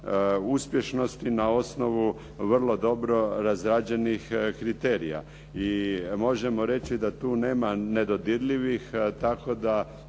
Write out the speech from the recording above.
uspješnosti na osnovu vrlo dobro razrađenih kriterija. I možemo reći da tu nema nedodirljivih da